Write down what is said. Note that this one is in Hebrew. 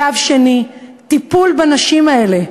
קו שני, טיפול בנשים האלה.